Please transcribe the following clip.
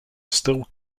still